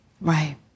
Right